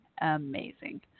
Amazing